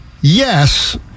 Yes